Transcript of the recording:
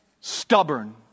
stubborn